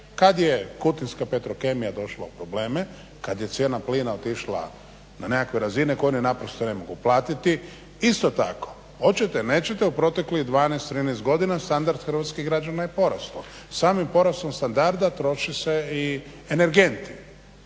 Kada je Kutinska petrokemija došla u probleme, kada je cijena plina otišla na nekakve razine koje one ne mogu platiti isto tako hoćete nećete u proteklih 12, 13 godina standard hrvatskih građana je porastao. Samim porastom standarda troši se i energenti.